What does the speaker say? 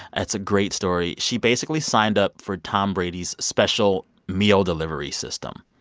it's a great story. she basically signed up for tom brady's special meal delivery system,